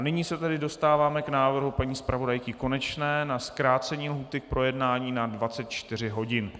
Nyní se dostáváme k návrhu paní zpravodajky Konečné na zkrácení lhůty k projednání na 24 hodin.